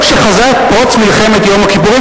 שחזה את פרוץ מלחמת יום הכיפורים,